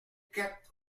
quatre